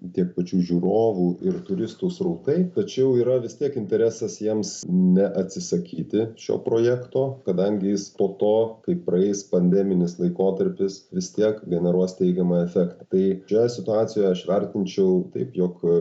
tiek pačių žiūrovų ir turistų srautai tačiau yra vis tiek interesas jiems neatsisakyti šio projekto kadangi jis po to kai praeis pandeminis laikotarpis vis tiek generuos teigiamą efektą tai šioje situacijoj aš vertinčiau taip jog